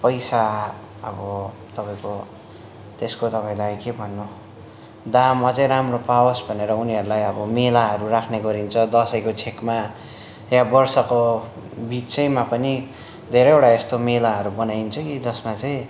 पैसा अब तपाईँको त्यसको तपाईँलाई के भन्नु दाम अझ राम्रो पावोस् भनेर उनीहरूलाई अब मेलाहरू राख्ने गरिन्छ दसैँको छेकमा यहाँ वर्षको बिचमा पनि धेरैवटा यस्तो मेलाहरू बनाइन्छ कि जसमा चाहिँ